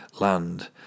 land